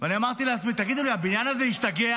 ואני אמרתי לעצמי: תגידו לי, הבניין הזה השתגע?